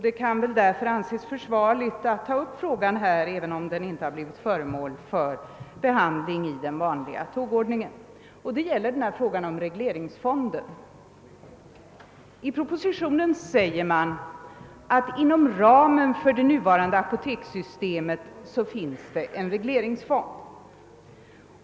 Det kan väl därför anses försvarligt att ta upp frågan här, även om den inte blivit föremål för behandling i den vanliga tågordningen. Det gäller frågan om regleringsfonden. I propositionen sägs, att det inom ramen för det nuvarande apotekssystemet finns en regleringsfond.